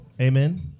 Amen